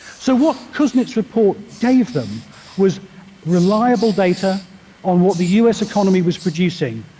so what kuznet's report gave them was reliable data on what the u s. economy was producing,